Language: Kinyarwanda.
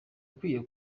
ukwiye